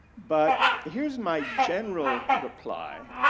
but here's my general reply